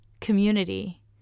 community